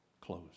close